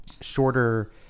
shorter